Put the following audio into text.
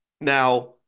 Now